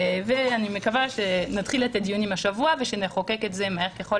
ואני מקווה שנתחיל את הדיונים השבוע ושנחוקק את זה מהר ככל